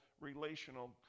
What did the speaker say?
relational